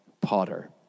potter